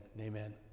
amen